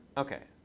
ok.